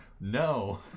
no